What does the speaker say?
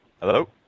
Hello